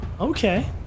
Okay